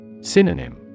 Synonym